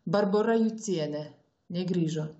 barbora jucienė negrįžo